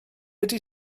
ydy